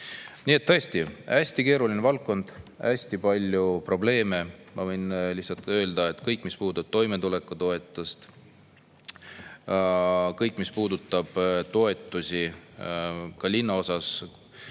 Nii et tõesti, hästi keeruline valdkond, hästi palju probleeme. Ma võin lihtsalt öelda, et kõik, mis puudutab toimetulekutoetust, kõik, mis puudutab toetusi ka linnaosas